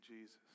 Jesus